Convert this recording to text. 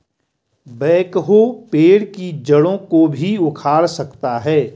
backhoe पेड़ की जड़ों को भी उखाड़ सकता है